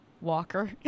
walker